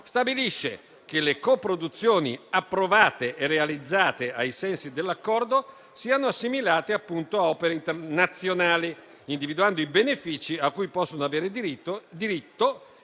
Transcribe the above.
stabilisce che le coproduzioni approvate e realizzate ai sensi dell'accordo siano assimilate appunto a opere internazionali, individuando i benefici a cui possono avere diritto